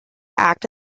act